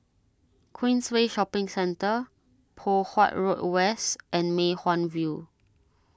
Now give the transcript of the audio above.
Queensway Shopping Centre Poh Huat Road West and Mei Hwan View